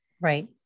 Right